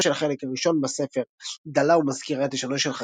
שפתו של החלק הראשון בספר דלה ומזכירה את לשונו של חגי,